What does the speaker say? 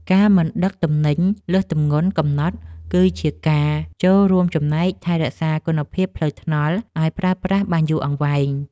ការមិនដឹកទំនិញលើសទម្ងន់កំណត់គឺជាការចូលរួមចំណែកថែរក្សាគុណភាពផ្លូវថ្នល់ឱ្យប្រើប្រាស់បានយូរអង្វែង។